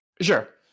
Sure